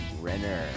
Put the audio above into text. Renner